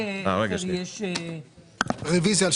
(הישיבה נפסקה בשעה 09:41 ונתחדשה בשעה 09:55.) אני מחדש את הישיבה.